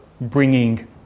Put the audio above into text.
bringing